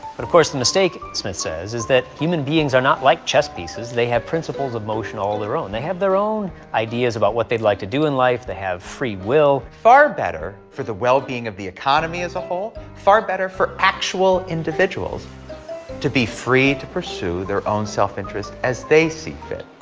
but of course the mistake, smith says, is that human beings are not like chess pieces. they have principles of motion all their own. they have their own ideas about what they'd like to do in life. they have free will. far better for the well-being of the economy as a whole, far better for actual individuals to be free to pursue their own self-interest as they see fit.